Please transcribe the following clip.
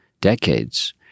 decades